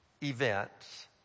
events